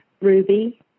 Ruby